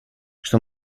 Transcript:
что